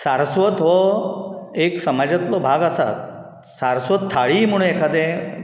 सारस्वत हो एक समाजांतलो भाग आसा सारस्वत थाळी म्हणून एखादें